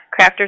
crafters